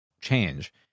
change